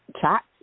chat